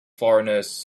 foreigners